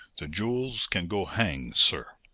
the jewels can go hang, sir!